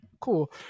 Cool